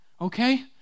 okay